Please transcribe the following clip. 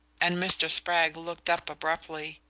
and mr. spragg looked up abruptly.